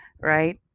right